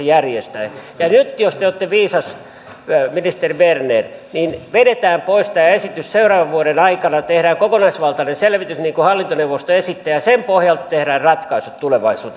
ja nyt jos te olette viisas ministeri berner niin vedetään pois tämä esitys seuraavan vuoden aikana tehdään kokonaisvaltainen selvitys niin kuin hallintoneuvosto esitti ja sen pohjalta tehdään ratkaisut tulevaisuuteen